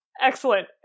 excellent